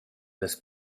las